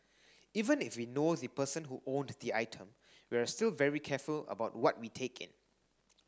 even if we know the person who owned the item we're still very careful about what we take in